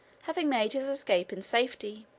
having made his escape in safety.